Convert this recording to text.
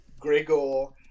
Grigor